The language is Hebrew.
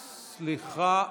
סליחה,